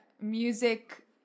music